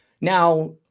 Now